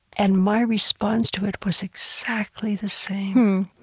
and my response to it was exactly the same.